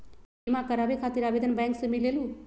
बिमा कराबे खातीर आवेदन बैंक से मिलेलु?